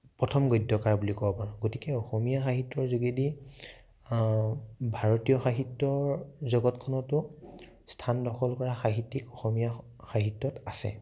প্ৰথম গদ্যকাৰ বুলি ক'ব পাৰোঁ গতিকে অসমীয়া সাহিত্যৰ যোগেদি ভাৰতীয় সাহিত্যৰ জগতখনতো স্থান দখল কৰা সাহিত্যিক অসমীয়া সাহিত্যত আছে